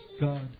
God